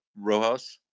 Rojas